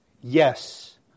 yes